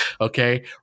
okay